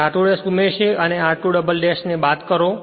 જે r2 ' ઉમેરશે અને r2 ' 'બાદ કરો